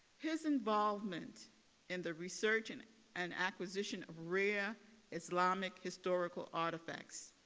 his involvement in the research and and acquisition of rare islamic historical artifacts